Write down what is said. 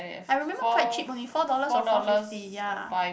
I remember quite cheap only four dollars or four fifty ya